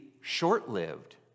short-lived